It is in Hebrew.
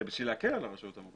זה בשביל להקל על הרשויות המקומיות.